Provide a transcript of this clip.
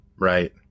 Right